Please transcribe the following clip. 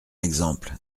exemple